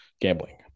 gambling